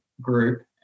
group